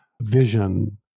vision